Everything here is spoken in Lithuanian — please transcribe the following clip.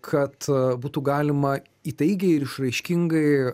kad būtų galima įtaigiai ir išraiškingai